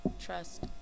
trust